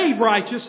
righteous